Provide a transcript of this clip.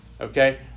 okay